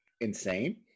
insane